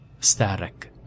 static